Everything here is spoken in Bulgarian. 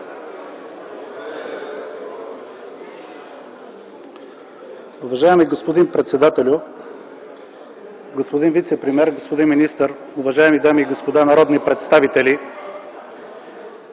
Уважаеми господин председател, господин вицепремиер, господин министър, уважаеми дами и господа народни представители!